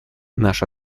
наша